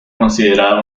considerada